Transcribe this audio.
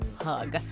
hug